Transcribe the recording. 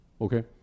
Okay